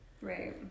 Right